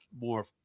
more